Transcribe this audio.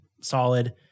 solid